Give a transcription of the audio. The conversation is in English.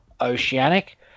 Oceanic